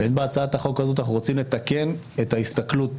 בהצעת החוק הזאת אנחנו רוצים לתקן את ההסתכלות